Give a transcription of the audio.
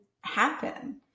happen